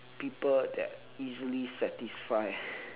people that easily satisfy